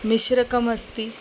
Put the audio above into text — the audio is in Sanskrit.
मिश्रकमस्ति